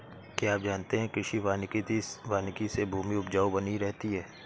क्या आप जानते है कृषि वानिकी से भूमि उपजाऊ बनी रहती है?